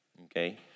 okay